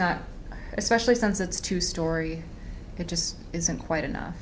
not especially since it's two story it just isn't quite enough